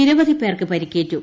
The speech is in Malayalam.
നിരവധിപേർക്ക് പരിക്കേറ്റു